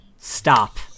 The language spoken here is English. stop